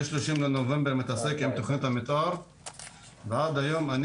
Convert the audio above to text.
ומ-30 בנובמבר אני מתעסק עם תכנית המתאר ועד היום אני